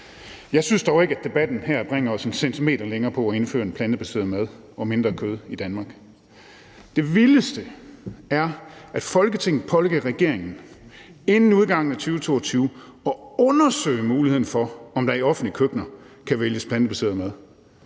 Jeg synes dog ikke, at debatten her bringer os en centimeter længere hen imod at indføre plantebaseret mad og mindre kød i Danmark. Det vildeste er, at Folketinget pålægger regeringen inden udgangen af 2022 at undersøge muligheden for, om der i offentlige køkkener kan vælges plantebaseret mad.